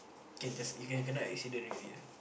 can just you can can lah accident already lah